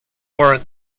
warrant